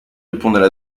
répondent